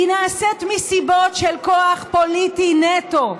היא נעשית מסיבות של כוח פוליטי נטו.